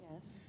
Yes